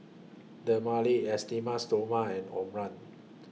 Dermale Esteem Stoma and Omron